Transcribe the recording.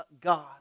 God